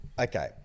okay